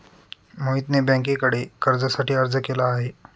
मोहितने बँकेकडे कर्जासाठी अर्ज केला आहे